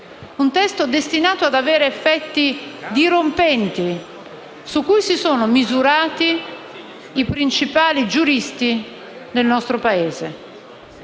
un testo destinato ad avere effetti dirompenti, su cui si sono misurati i principali giuristi del nostro Paese